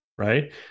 right